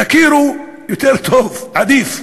תכירו, יותר טוב, עדיף.